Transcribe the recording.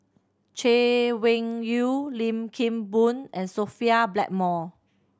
Chay Weng Yew Lim Kim Boon and Sophia Blackmore